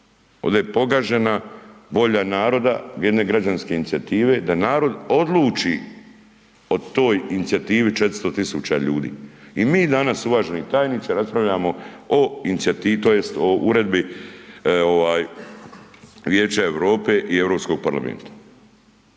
Ovdje je pogažena volja naroda jedne građanske inicijative da narod odluči o toj inicijativi 400 000 ljudi. I mi danas uvaženi tajniče, raspravljamo o inicijativi tj. o uredbi Vijeća Europe i Europskog parlamenta.